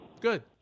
Good